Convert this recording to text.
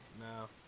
No